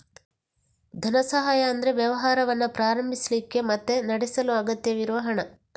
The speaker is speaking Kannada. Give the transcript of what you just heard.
ಧನ ಸಹಾಯ ಅಂದ್ರೆ ವ್ಯವಹಾರವನ್ನ ಪ್ರಾರಂಭಿಸ್ಲಿಕ್ಕೆ ಮತ್ತೆ ನಡೆಸಲು ಅಗತ್ಯವಿರುವ ಹಣ